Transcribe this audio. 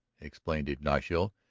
explained ignacio,